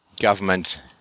government